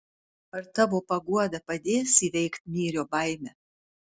ar tavo paguoda padės įveikt myrio baimę